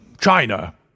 China